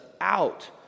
out